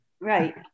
Right